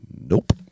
Nope